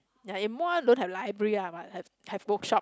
ya in Muar don't have library ah but have have bookshop